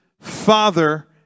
father